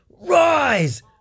rise